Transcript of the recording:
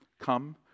Come